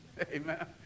Amen